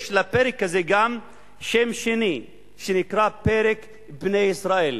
לפרק הזה יש גם שם שני: פרק בני ישראל.